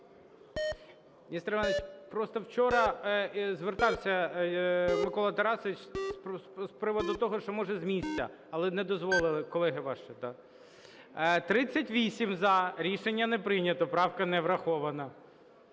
вчора звертався Микола Тарасович з приводу того, що, може, з місця, але не дозволили колеги ваші. 14:14:23 За-38 Рішення не прийнято. Правка не врахована.